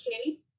okay